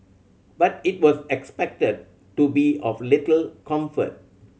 but it was expected to be of little comfort